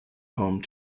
home